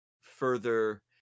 further